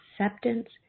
acceptance